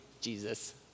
Jesus